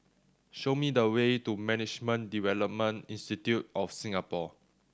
show me the way to Management Development Institute of Singapore